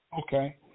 Okay